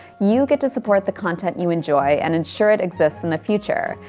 you get to support the content you enjoy and ensure it exists in the future,